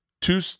Two